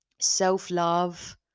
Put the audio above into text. self-love